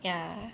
ya